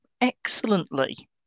excellently